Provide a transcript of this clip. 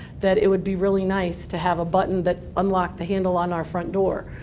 that it would be really nice to have a button that unlocked the handle on our front door.